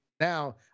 now